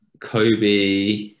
Kobe